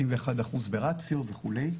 51% ברציו וכו',